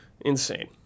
Insane